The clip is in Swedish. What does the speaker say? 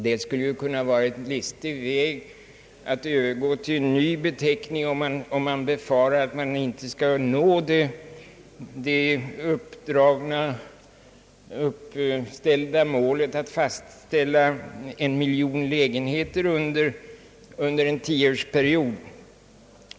Detta skulle ju kunna vara en listig väg att övergå till en ny beteckning, om man befarar att man inte skall uppnå det fastställda målet — att färdigställa en miljon lägenheter under en tioårsperiod.